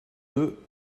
deux